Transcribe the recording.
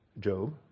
Job